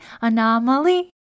anomaly